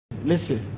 Listen